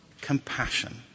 compassion